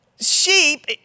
Sheep